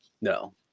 no